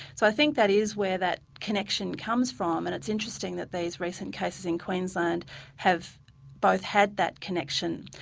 so i think that is where that connection comes from and it's interesting that these recent cases in queensland have both had that connection.